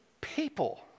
People